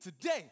today